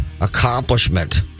Accomplishment